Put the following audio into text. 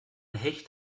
hecht